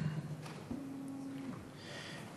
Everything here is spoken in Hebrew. בבקשה.